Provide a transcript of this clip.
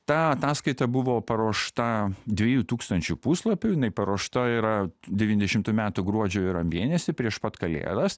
ta ataskaita buvo paruošta dviejų tūkstančių puslapių jinai paruošta yra devyniasdešimtų metų gruodžio yra mėnesį prieš pat kalėdas